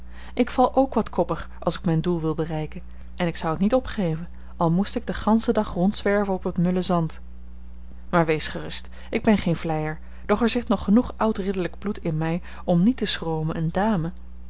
ik val k wat koppig als ik mijn doel wil bereiken en ik zou t niet opgeven al moest ik den ganschen dag rondzwerven op het mulle zand maar wees gerust ik ben geen vleier doch er zit nog genoeg oud ridderlijk bloed in mij om niet te schromen eene dame